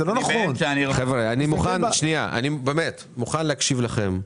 אני מוכן להקשיב לכם.